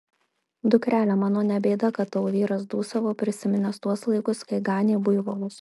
dukrele mano ne bėda kad tavo vyras dūsavo prisiminęs tuos laikus kai ganė buivolus